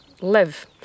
live